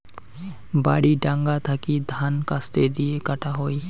বাড়ি ডাঙা থাকি ধান কাস্তে দিয়ে কাটা হই